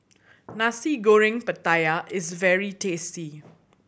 Nasi Goreng Pattaya is very tasty